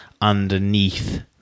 underneath